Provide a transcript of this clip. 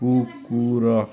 କୁକୁର